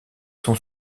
sont